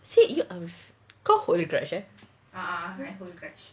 kau hold grudge eh